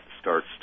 starts